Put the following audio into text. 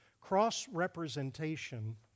cross-representation